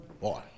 boy